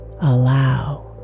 allow